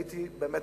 הייתי מבסוט.